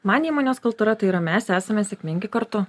man įmonės kultūra tai yra mes esame sėkmingi kartu